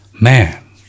man